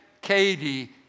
Katie